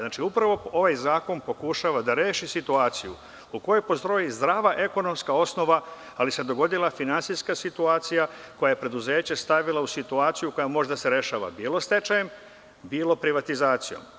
Znači, upravo ovaj zakon pokušava da reši situaciju u kojoj postoji zdrava ekonomska osnova, ali se dogodila finansijska situacija koja je preduzeće stavila u situaciju koja može da se rešava bilo stečajem, bilo privatizacijom.